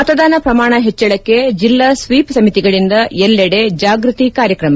ಮತದಾನ ಪ್ರಮಾಣ ಹೆಚ್ಚಳಕ್ಕೆ ಜಿಲ್ಲಾ ಸೀಪ್ ಸಮಿತಿಗಳಿಂದ ಎಲ್ಲೆಡೆ ಜಾಗೃತಿ ಕಾರ್ಯಕ್ರಮ